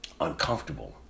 uncomfortable